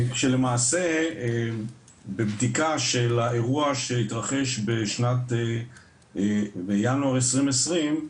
כשלמעשה בבדיקה של האירוע שהתרחש בינואר 2020,